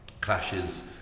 clashes